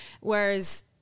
Whereas